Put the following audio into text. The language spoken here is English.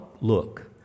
look